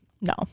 No